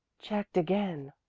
checked again.